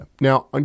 Now